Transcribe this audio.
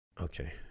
okay